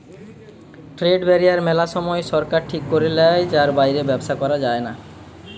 trade barrier মেলা সময় সরকার ঠিক করে লেয় যার বাইরে ব্যবসা করা যায়না